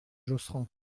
josserand